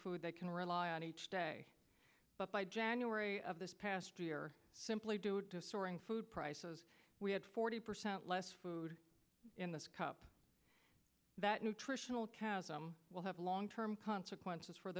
food they can rely on each day but by january of this past year simply due to soaring food prices we had forty percent less food in this cup that nutritional chasm will have long term consequences for